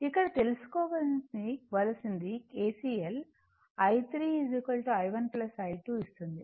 ఇక్కడ తెలుసుకోవలసినది KCL i 3 i1 i2 ఇస్తుంది